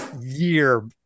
year